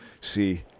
See